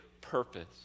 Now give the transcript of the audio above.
purpose